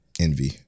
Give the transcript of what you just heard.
Envy